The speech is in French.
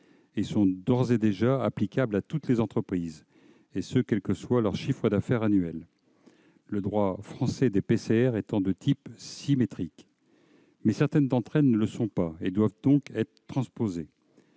et sont d'ores et déjà applicables à toutes les entreprises, quel que soit leur chiffre d'affaires annuel, le droit français des PCR étant de type « symétrique ». Toutefois, certaines d'entre elles ne le sont pas et doivent donc être transposées.